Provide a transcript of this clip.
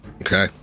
Okay